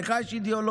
לך יש אידיאולוגיה.